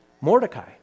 Mordecai